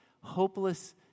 hopeless